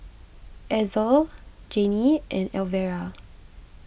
Ezell Janie and Elvera